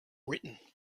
written